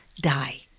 die